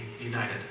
united